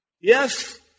Yes